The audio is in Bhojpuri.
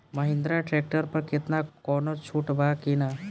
महिंद्रा ट्रैक्टर पर केतना कौनो छूट बा कि ना?